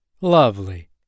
Lovely